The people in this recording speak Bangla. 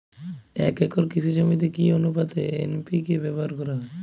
এক একর কৃষি জমিতে কি আনুপাতে এন.পি.কে ব্যবহার করা হয়?